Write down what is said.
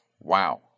Wow